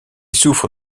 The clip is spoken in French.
souffre